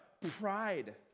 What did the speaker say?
Pride